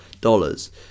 dollars